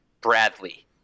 Bradley –